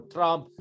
Trump